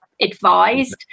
advised